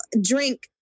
drink